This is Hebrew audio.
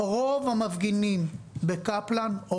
רוב המפגינים בקפלן,